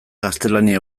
gaztelania